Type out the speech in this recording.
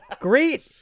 great